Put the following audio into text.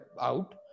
out